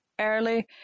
early